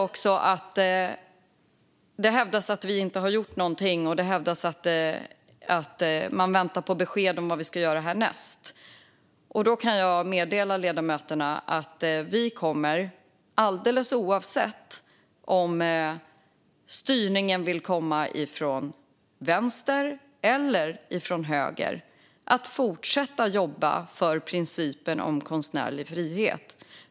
Man hävdar att vi inte har gjort någonting, och man väntar på besked om vad vi ska göra härnäst. Då kan jag meddela ledamöterna att vi, alldeles oavsett om styrningsförsöken kommer från vänster eller från höger, kommer att fortsätta jobba för principen om konstnärlig frihet.